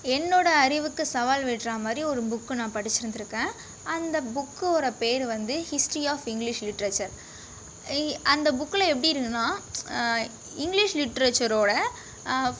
என்னோடய அறிவுக்கு சவால் விடுறா மாதிரி ஒரு புக்கு நான் படிச்சுருந்துருக்கேன் அந்த புக்கோடய பேர் வந்து ஹிஸ்ட்ரி ஆஃப் இங்கிலிஷ் லிட்ரேச்சர் இ அந்த புக்கில் எப்படி இருக்குன்னால் இங்கிலிஷ் லிட்ரேச்சரோட